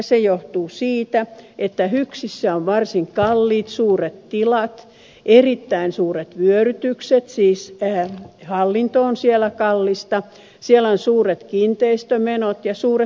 se johtuu siitä että hyksissä on varsin kalliit suuret tilat erittäin suuret vyörytykset siis hallinto on siellä kallista siellä on suuret kiinteistömenot ja suuret poistot